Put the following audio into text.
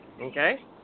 Okay